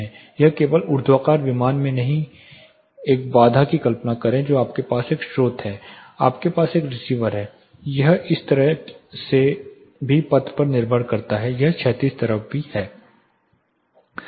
यह केवल ऊर्ध्वाधर विमान में ही नहीं है एक बाधा की कल्पना करें जो आपके पास एक स्रोत है आपके पास एक रिसीवर है यह इस तरह से भी पथ पर निर्भर करता है यह क्षैतिज तरफ भी है